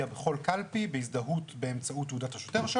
וטיובו?